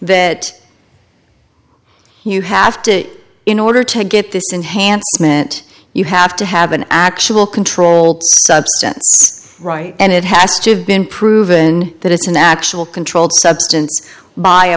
that you have to in order to get this enhanced meant you have to have an actual controlled substance right and it has to have been proven that it's an actual controlled substance why a